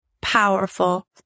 powerful